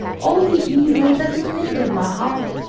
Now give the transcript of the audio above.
all the evil that remained in my heart,